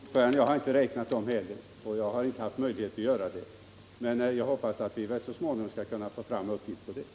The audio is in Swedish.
Herr talman! Jag har inte räknat hängavtalen heller. Jag har inte haft möjlighet att göra det. Jag hoppas att vi gemensamt till nästa debatt skall kunna få fram uppgifter om antalet.